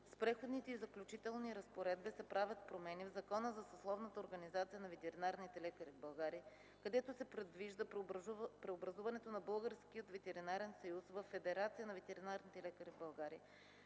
С преходните и заключителни разпоредби се правят промени в Закона за съсловната организация на ветеринарните лекари в България, където се предвижда преобразуването на Българският ветеринарен съюз във Федерация на ветеринарните лекари в България,